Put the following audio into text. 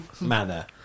manner